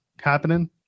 happening